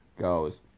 goes